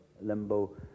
limbo